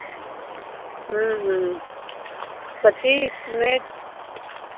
ह्म्म ह्म्म पच्चीस में